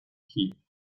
key